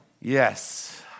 Yes